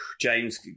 James